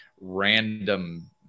random